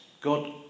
God